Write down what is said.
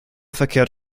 verkehrt